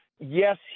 Yes